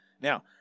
Now